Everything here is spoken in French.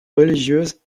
religieuses